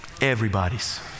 Everybody's